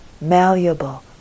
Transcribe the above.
malleable